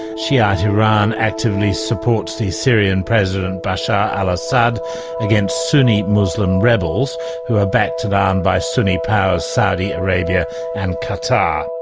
shi'ite iran actively supports the syrian president bashar al-assad against sunni muslim rebels who are backed and armed by sunni powers saudi arabia and qatar.